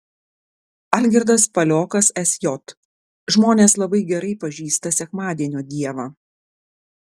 algirdas paliokas sj žmonės labai gerai pažįsta sekmadienio dievą